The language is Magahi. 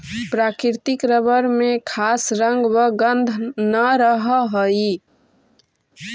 प्राकृतिक रबर में खास रंग व गन्ध न रहऽ हइ